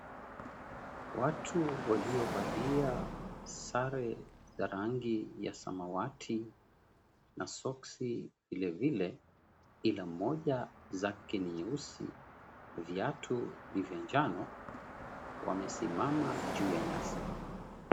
Watu waliovalia sare za rangi za samawati na soksi vilevile, ila mmoja zake ni nyeusi viatu ni vya njano, wamesimama juu ya nyasi.